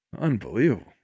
unbelievable